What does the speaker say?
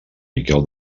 miquel